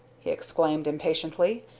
he exclaimed, impatiently.